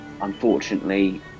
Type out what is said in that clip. unfortunately